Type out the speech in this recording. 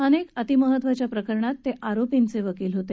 अनेक अतिमहत्त्वाच्या प्रकरणात ते आरोपींचे वकील होते